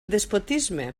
despotisme